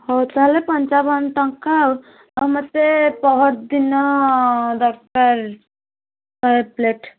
ହଉ ତାହେଲେ ପଞ୍ଚାବନ ଟଙ୍କା ଆଉ ମୋତେ ପହରଦିନ ଦରକାର ଶହେ ପ୍ଲେଟ୍